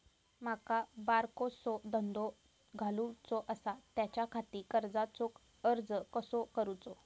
माका बारकोसो धंदो घालुचो आसा त्याच्याखाती कर्जाचो अर्ज कसो करूचो?